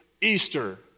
Easter